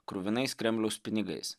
kruvinais kremliaus pinigais